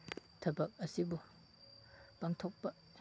ꯊꯕꯛ ꯑꯁꯤꯕꯨ ꯄꯥꯡꯊꯣꯛꯄ